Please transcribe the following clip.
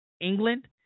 England